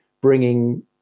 bringing